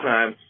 Time